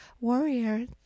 warrior